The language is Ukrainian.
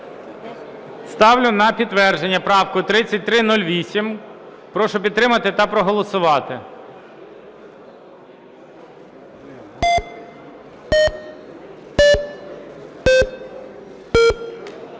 Ставлю на підтвердження правку 3308. Прошу підтримати та проголосувати.